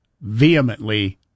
vehemently